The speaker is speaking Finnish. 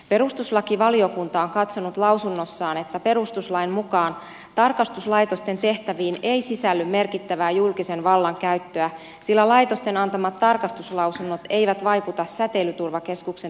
perustuslakivaliokunta on katsonut lausunnossaan että perustuslain mukaan tarkastuslaitosten tehtäviin ei sisälly merkittävää julkisen vallan käyttöä sillä laitosten antamat tarkastuslausunnot eivät vaikuta säteilyturvakeskuksen toimivaltaan